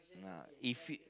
nah if it